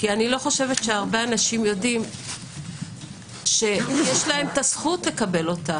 אני לא חושבת שהרבה אנשים יודעים שיש להם את הזכות לקבל אותה.